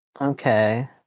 Okay